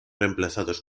reemplazados